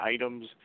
items